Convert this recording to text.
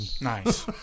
Nice